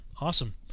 Awesome